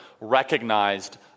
recognized